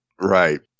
Right